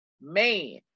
man